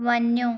वञो